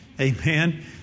amen